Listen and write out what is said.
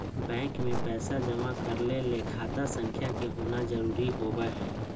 bank मे पैसा जमा करय ले खाता संख्या के होना जरुरी होबय हई